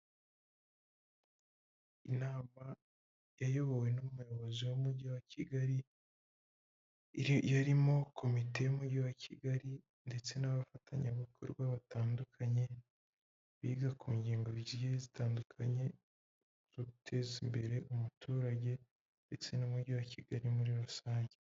Inama iyobowe n'umuyobozi w'umujyi wa Kigali yari irimo komite y'umujyi wa Kigali, ndetse n'abafatanyabikorwa batandukanye, biga ku ngingo zigiye zitandukanye zo guteza imbere umuturage ndetse n'umujyi wa Kigali muri rusange.